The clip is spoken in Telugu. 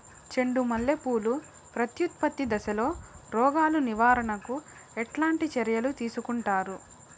చెండు మల్లె పూలు ప్రత్యుత్పత్తి దశలో రోగాలు నివారణకు ఎట్లాంటి చర్యలు తీసుకుంటారు?